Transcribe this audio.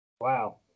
Wow